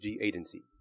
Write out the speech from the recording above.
Agency